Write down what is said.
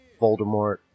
Voldemort